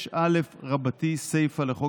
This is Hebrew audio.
רבה.